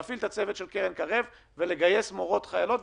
להפעיל את הצוות של קרן קרב ולגייס מורות חיילות?